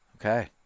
Okay